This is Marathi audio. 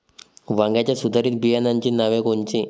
वांग्याच्या सुधारित बियाणांची नावे कोनची?